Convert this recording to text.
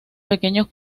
pequeños